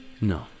No